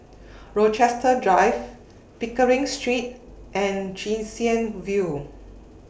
Rochester Drive Pickering Street and Chwee Chian View